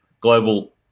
global